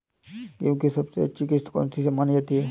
गेहूँ की सबसे अच्छी किश्त कौन सी मानी जाती है?